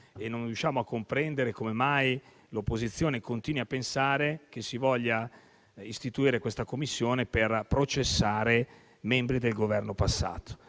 e non riusciamo a comprendere come mai l'opposizione continui a pensare che si voglia istituire questa Commissione per processare membri del Governo passato.